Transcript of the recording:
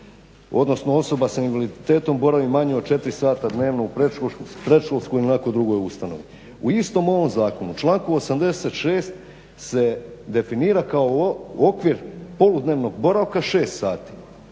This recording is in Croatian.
odnosno osoba sa invaliditetom boravi manje od 4 sata dnevno u predškolskoj ili nekoj drugoj ustanovi. U istom ovom zakonu, članku 86. se definira kao okvir poludnevnog boravka 6 sati